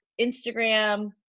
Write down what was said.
Instagram